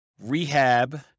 rehab